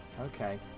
Okay